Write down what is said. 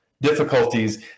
difficulties